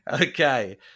Okay